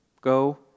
Go